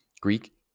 Greek